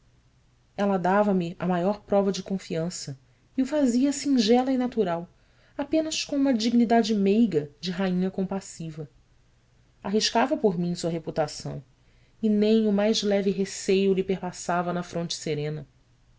mundo ela dava-me a maior prova de confiança e o fazia singela e natural apenas com uma dignidade meiga de rainha compassiva arriscava por mim sua reputação e nem o mais leve receio lhe perpassava na fronte serena